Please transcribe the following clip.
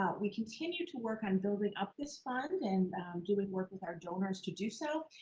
ah we continue to work on building up this fund and doing work with our donors to do so.